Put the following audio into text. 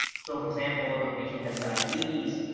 so for example, if a patient has diabetes,